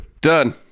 done